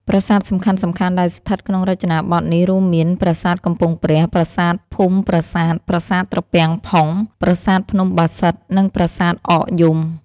ប្រាសាទសំខាន់ៗដែលស្ថិតក្នុងរចនាបថនេះរួមមាន ប្រាសាទកំពង់ព្រះ ប្រាសាទភូមិប្រាសាទ ប្រាសាទត្រពាំងផុង ប្រាសាទភ្នំបាសិទ្ធ និង ប្រាសាទអកយំ។